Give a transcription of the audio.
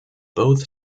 both